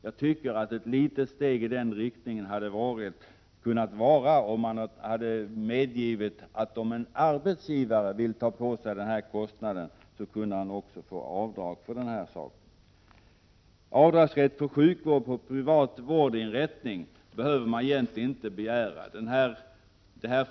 Jag tycker att det hade kunnat vara ett litet steg i rätt riktning, om man hade medgivit att en arbetsgivare, om han ville ta på sig den kostnaden, också kunde få göra avdrag för den. Avdragsrätt för sjukvård på privat vårdinrättning lönar det sig knappt att beröra.